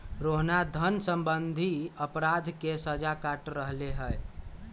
रोहना धन सम्बंधी अपराध के सजा काट रहले है